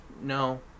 no